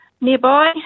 nearby